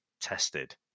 tested